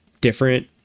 different